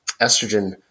estrogen